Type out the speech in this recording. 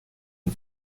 and